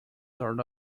sort